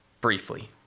briefly